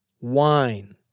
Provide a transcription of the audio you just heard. Wine